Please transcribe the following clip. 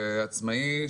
שעצמאי,